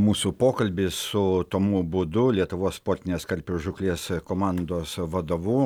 mūsų pokalbis su tomu būdu lietuvos sportinės karpių žūklės komandos vadovu